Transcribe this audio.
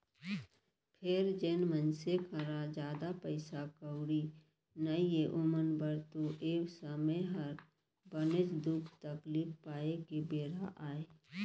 फेर जेन मनसे करा जादा पइसा कउड़ी नइये ओमन बर तो ए समे हर बनेच दुख तकलीफ पाए के बेरा अय